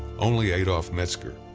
only adolph metzger,